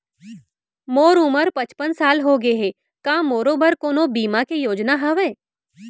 मोर उमर पचपन साल होगे हे, का मोरो बर कोनो बीमा के योजना हावे?